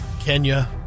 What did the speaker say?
Kenya